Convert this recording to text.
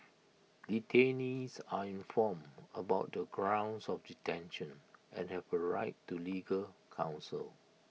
detainees are informed about the grounds of detention and have A right to legal counsel